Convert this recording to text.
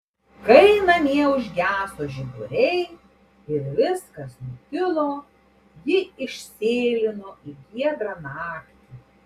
kai namie užgeso žiburiai ir viskas nutilo ji išsėlino į giedrą naktį